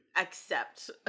accept